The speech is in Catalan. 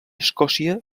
escòcia